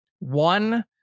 One